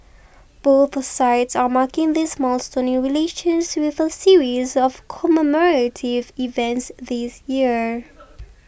both sides are marking this milestone in relations with a series of commemorative events this year